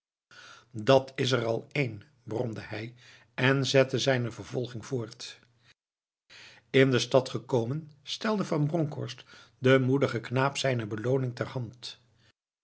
dat is er al één bromde hij en zette zijne vervolging voort in de stad gekomen stelde van bronkhorst den moedigen knaap zijne belooning ter hand